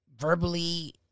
verbally